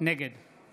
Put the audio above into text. נגד